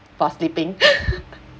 for sleeping